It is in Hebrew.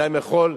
אדם יכול,